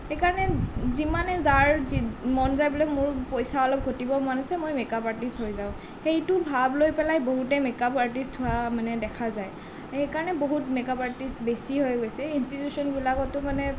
সেইকাৰণে যিমানে যাৰ মন যায় বোলে মোৰ পইচা অলপ ঘটিবৰ মন আছে মই মেকআপ আৰ্টিষ্ট হৈ যাওঁ সেইটো ভাৱ লৈ পেলাই বহুতে মেকআপ আৰ্টিষ্ট হোৱা মানে দেখা যায় সেইকাৰণে বহুত মেকআপ আৰ্টিষ্ট বেছি হৈ গৈছে ইঞ্চটিটিউচন বিলাকতো মানে